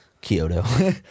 Kyoto